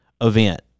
event